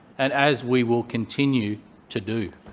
and as we will continue to do.